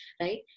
right